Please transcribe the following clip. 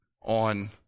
on